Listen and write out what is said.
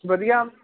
ਵਧੀਆ